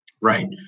Right